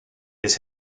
his